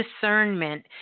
discernment